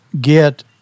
get